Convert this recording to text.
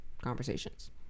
conversations